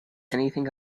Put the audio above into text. anything